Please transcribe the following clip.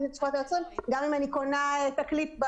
גם אם אני קונה תקליט,